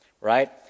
right